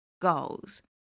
goals